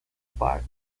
park